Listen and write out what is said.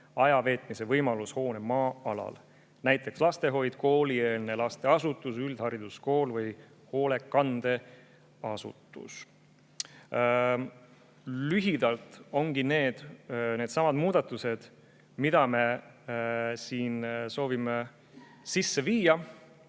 aja veetmise võimalus hoone maa-alal, näiteks lastehoid, koolieelne lasteasutus, üldhariduskool või hoolekandeasutus." Lühidalt need ongi muudatused, mida me siin soovime sisse viia.